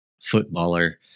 footballer